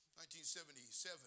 1977